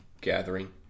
gathering